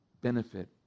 benefit